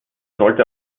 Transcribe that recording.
sollte